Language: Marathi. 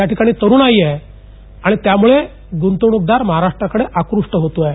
या ठिकाणी तरुणाई आहे आणि त्यामुळे गृंतवणूकदार महाराष्ट्राकडे आकृष्ट होतोय